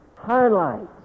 highlights